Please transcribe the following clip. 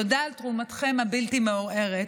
תודה על תרומתכם הבלתי-מעורערת.